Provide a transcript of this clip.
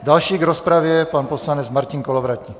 Další v rozpravě je pan poslanec Martin Kolovratník.